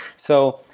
so,